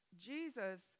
Jesus